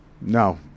No